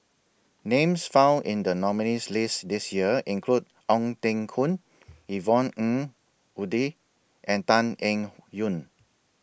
Names found in The nominees' list This Year include Ong Teng Koon Yvonne Ng Uhde and Tan Eng Yoon